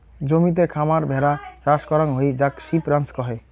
জমিতে খামার ভেড়া চাষ করাং হই যাক সিপ রাঞ্চ কহে